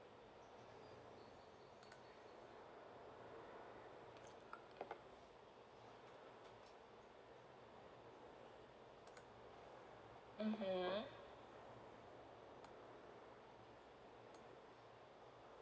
mmhmm